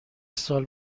سال